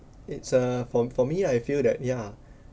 it's uh for for me ah I feel that yeah